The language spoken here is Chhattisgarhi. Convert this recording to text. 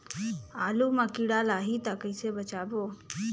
आलू मां कीड़ा लाही ता कइसे बचाबो?